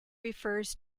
refers